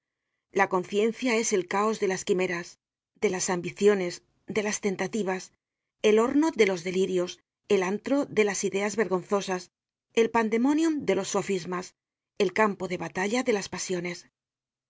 la conciencia es el caos de las quimeras de s ambiciones de las tentativas el horno de los delirios el antro de las ideas vergonzosas el pandemonium de los sofismas el campo de batalla de las pasiones